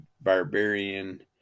Barbarian